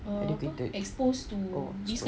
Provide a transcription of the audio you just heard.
educated oh sorry